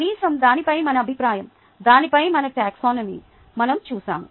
కనీసం దానిపై మన అభిప్రాయం దానిపై మన టాక్సానమీ మనం చూశాము